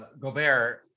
Gobert